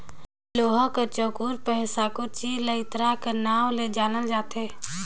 लोहा कर चउकोर पहे साकुर चीज ल इरता कर नाव ले जानल जाथे